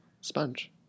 Sponge